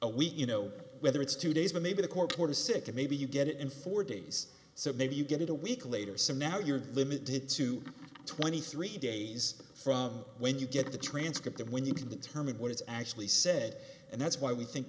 a week you know whether it's two days maybe the core porn is sick maybe you get it in four days so maybe you get it a week later so now you're limited to twenty three days from when you get the transcript and when you can determine what it's actually said and that's why we think